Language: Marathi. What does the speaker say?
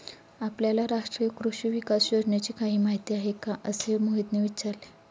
आपल्याला राष्ट्रीय कृषी विकास योजनेची काही माहिती आहे का असे मोहितने विचारले?